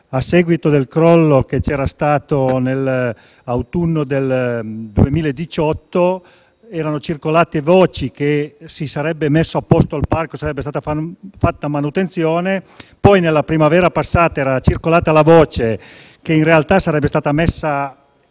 a seguito del crollo che c'era stato nell'autunno del 2018, erano circolate voci che si sarebbe messo a posto il parco e sarebbe stata fatta manutenzione. Nella primavera passata era poi circolata la voce che sarebbe stato messo